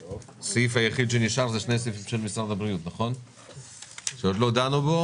הדבר היחיד שנשאר זה שני סעיפים של משרד הבריאות שעוד לא דנו.